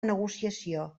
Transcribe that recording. negociació